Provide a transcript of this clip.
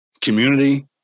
community